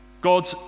God